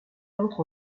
entre